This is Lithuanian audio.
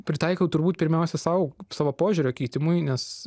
pritaikau turbūt pirmiausia sau savo požiūrio keitimui nes